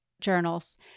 journals